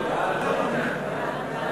ההצעה להעביר את